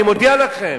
אני מודיע לכם.